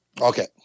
Okay